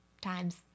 times